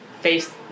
face